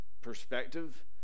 perspective